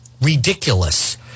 Ridiculous